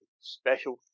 special